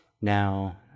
now